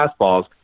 fastballs